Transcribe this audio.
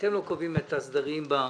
אתם לא קובעים את הסדרים בכנסת.